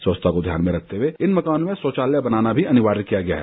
स्वच्छता को ध्यान में रखते हुए इन मकानों में शौचालय बनाना भी अनिवार्य किया गया है